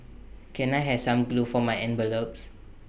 can I have some glue for my envelopes